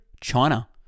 China